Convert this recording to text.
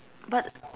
but